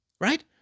right